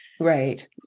Right